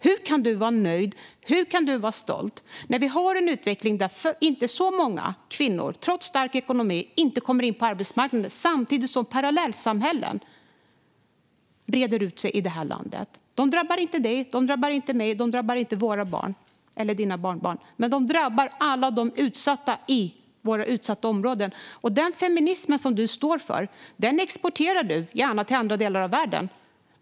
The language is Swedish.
Hur kan du vara nöjd och stolt när vi har en utveckling där så många kvinnor trots stark ekonomi inte kommer in på arbetsmarknaden, samtidigt som parallellsamhällen breder ut sig i landet? De drabbar inte dig, de drabbar inte mig, de drabbar inte våra barn eller dina barnbarn, men de drabbar alla de utsatta i våra utsatta områden. Den feminism som du står för exporterar du gärna till andra delar av världen.